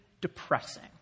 depressing